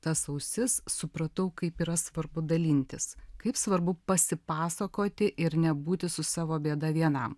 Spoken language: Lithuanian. tas ausis supratau kaip yra svarbu dalintis kaip svarbu pasipasakoti ir nebūti su savo bėda vienam